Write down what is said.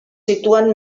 situen